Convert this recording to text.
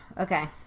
Okay